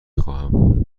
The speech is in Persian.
خواهم